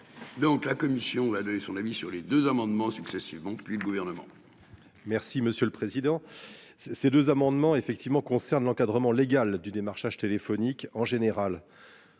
Donc la Commission va donner son avis sur les deux amendements successivement puis le gouvernement.-- Merci monsieur le président. Ces deux amendements effectivement concerne l'encadrement légal du démarchage téléphonique en général.